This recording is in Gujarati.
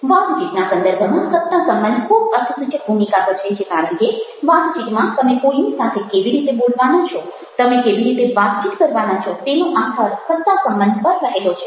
વાતચીતના સંદર્ભમાં સત્તા સંબંધ ખૂબ અર્થસૂચક ભૂમિકા ભજવે છે કારણ કે વાતચીતમાં તમે કોઈની સાથે કેવી રીતે બોલવાના છો તમે કેવી રીતે વાતચીત કરવાના છો તેનો આધાર સત્તા સંબંધ પર રહેલો છે